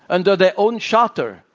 under their own charter.